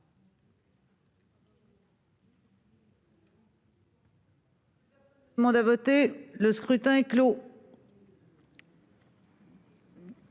Le scrutin est clos.